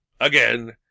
Again